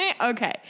Okay